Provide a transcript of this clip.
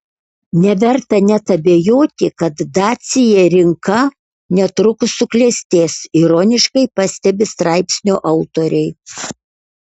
neverta net abejoti kad dacia rinka netrukus suklestės ironiškai pastebi straipsnio autoriai